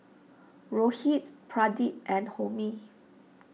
Rohit Pradip and Homi